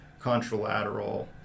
contralateral